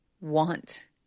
want